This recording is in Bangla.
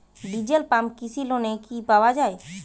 ডিজেল পাম্প কৃষি লোনে কি পাওয়া য়ায়?